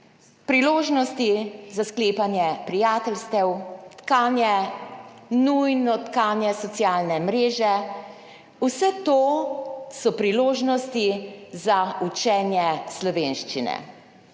priložnosti za sklepanje prijateljstev, nujno tkanje socialne mreže. Vse to so priložnosti za učenje slovenščine.